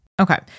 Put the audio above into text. Okay